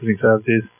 services